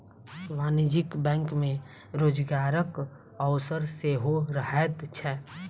वाणिज्यिक बैंक मे रोजगारक अवसर सेहो रहैत छै